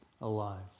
alive